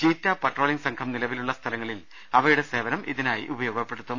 cheetah patrolling സംഘം നിലവിലുള്ള സ്ഥലങ്ങളിൽ അവയുടെ സേവനം ഇതിനായി ഉപയോഗപ്പെടുത്തും